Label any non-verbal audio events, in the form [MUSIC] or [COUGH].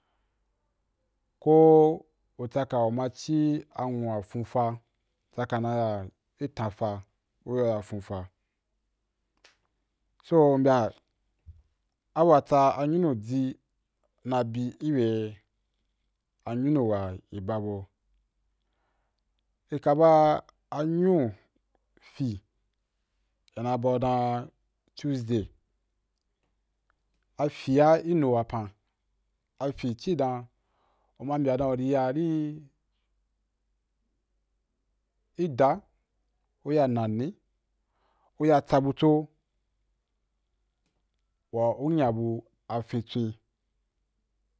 Ko u tsaka u ma ci anwu a fon fa u tsaka na ya i tan fa u yau ya fonfa [NOISE] so u mbya a bua tsa a nyunu di na bi i be a nyua i ba bau, i ka ba a nyu fi i na bau dan tuesday a fi a i nu wapan, a fi ci dan u ma mbya dan uri ya ri i dah u ya nani, uya tsabutso wa u nya bu a fintwen.